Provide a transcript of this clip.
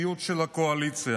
אמונה.